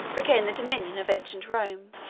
regained the dominion of ancient rome,